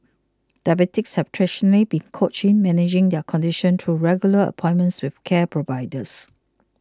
diabetics have traditionally been coached in managing their condition through regular appointments with care providers